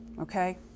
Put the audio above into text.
okay